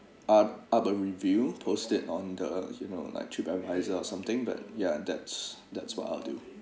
uh up a review posted on the you know like trip advisor or something but ya that's that's what I'll do